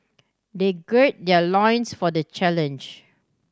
they gird their loins for the challenge